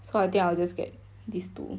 so I think I will just get these two